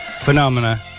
Phenomena